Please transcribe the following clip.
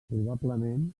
probablement